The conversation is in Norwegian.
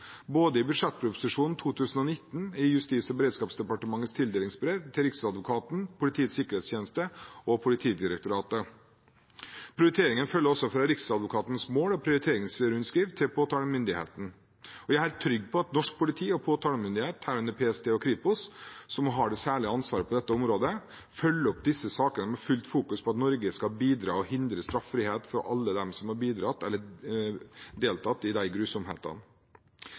både i budsjettproposisjonen for 2019 og i Justis- og beredskapsdepartementets tildelingsbrev til Riksadvokaten, Politiets sikkerhetstjeneste og Politidirektoratet. Prioriteringen følger også Riksadvokatens mål og prioriteringsrundskriv til påtalemyndigheten. Jeg er helt trygg på at norsk politi og påtalemyndighet, herunder PST og Kripos, som har det særlige ansvaret for dette området, følger opp disse sakene med fullt fokus på at Norge skal bidra til å hindre straffrihet for alle dem som har bidratt til eller deltatt i grusomhetene.